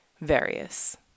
Various